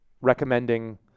recommending